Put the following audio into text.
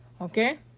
Okay